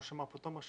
כמו שאמר פה תומר,